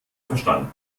verstanden